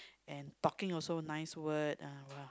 and talking also nice word ah yeah